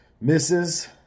misses